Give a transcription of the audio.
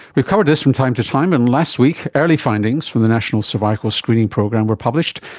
we've covered this from time to time and last week early findings from the national cervical screening program were published,